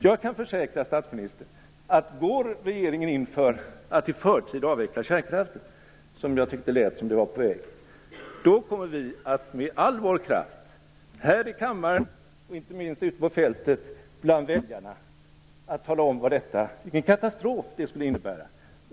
Jag kan försäkra statsministern att går regeringen in för att i förtid avveckla kärnkraften - som jag tyckte det lät som var på väg - kommer vi att med all vår kraft här i kammaren och inte minst ute på fältet bland väljarna tala om vilken katastrof det skulle innebära.